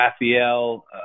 Raphael